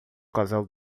casal